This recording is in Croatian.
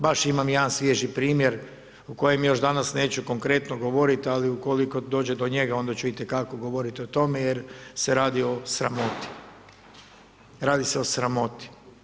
Baš imam jedan svježi primjer o kojem još danas neću konkretno govoriti, ali ukoliko dođe do njega onda ću itekako govoriti o tome jer se radi o sramoti, radi se o sramoti.